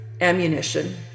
ammunition